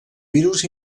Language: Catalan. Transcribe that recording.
virus